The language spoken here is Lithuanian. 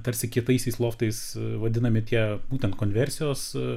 tarsi kitaisiais loftais vadinami tie būtent konversijos